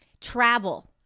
Travel